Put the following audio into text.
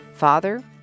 Father